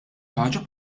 ħaġa